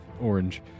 orange